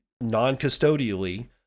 non-custodially